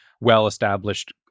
well-established